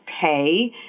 pay